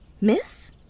Miss